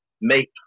make